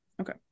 Okay